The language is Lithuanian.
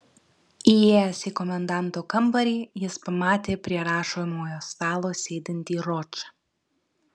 įėjęs į komendanto kambarį jis pamatė prie rašomojo stalo sėdintį ročą